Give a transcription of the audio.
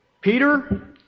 Peter